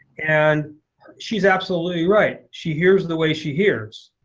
and she's absolutely right. she hears the way she hears.